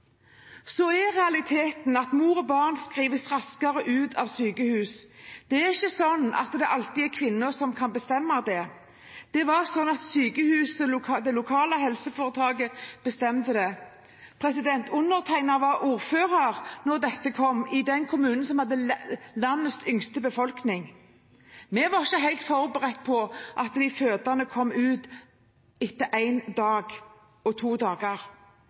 Realiteten er at mor og barn skrives raskere ut av sykehus. Det er ikke slik at det alltid er kvinnen som kan bestemme det. Det var slik at sykehuset, det lokale helseforetaket, bestemte det. Undertegnede var, da dette kom, ordfører i den kommunen som hadde landets yngste befolkning. Vi var ikke helt forberedt på at de fødende kom ut etter én til to dager.